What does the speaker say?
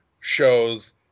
shows